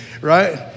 right